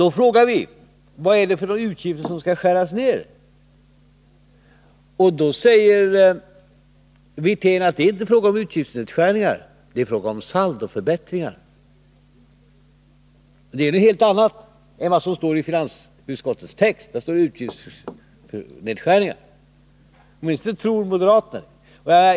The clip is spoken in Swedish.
Då frågar vi: Vilka utgifter är det som skall skäras ner? Till detta säger Rolf Wirtén att det är inte fråga om utgiftsnedskärningar, utan det är fråga om saldoförbättringar. Men det är något helt annat än vad som står i finansutskottets text. Där talas det om utgiftsnedskärningar — åtminstone tror moderaterna det.